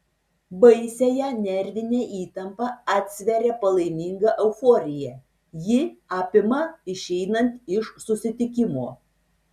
baisiąją nervinę įtampą atsveria palaiminga euforija ji apima išeinant iš susitikimo